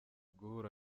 guhura